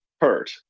hurt